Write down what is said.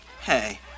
Hey